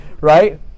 right